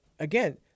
Again